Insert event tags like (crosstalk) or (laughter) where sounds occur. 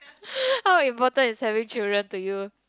(breath) how important is having children to you